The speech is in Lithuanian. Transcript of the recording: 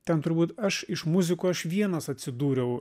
ten turbūt aš iš muzikų aš vienas atsidūriau